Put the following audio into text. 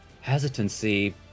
hesitancy